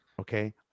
okay